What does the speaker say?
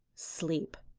sleep.